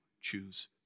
choose